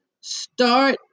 start